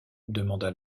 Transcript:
demanda